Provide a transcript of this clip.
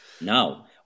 Now